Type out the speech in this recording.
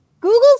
Google